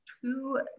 two